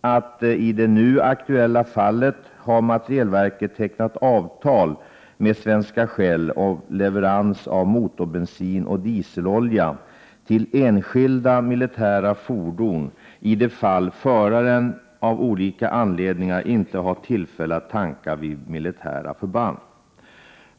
att materielverket i det nu aktuella fallet har tecknat avtal med Svenska Shell om leverans av motorbensin och dieseolja till enskilda militära fordon i de fall föraren av olika anledningar inte har tillfälle att tanka vid militära förband.